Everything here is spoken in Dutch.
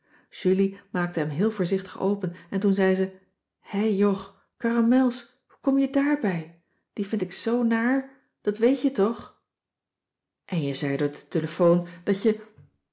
julie maakte hem heel voorzichtig open en toen zei ze hè jog caramels hoe kom je daarbij die vind ik zoo naar dat weet je toch en je zei door de telefoon dat je